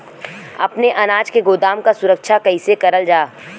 अपने अनाज के गोदाम क सुरक्षा कइसे करल जा?